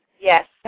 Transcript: Yes